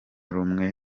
rumwe